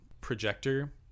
projector